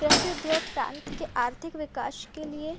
कृषि उद्योग प्रांत के आर्थिक विकास के लिए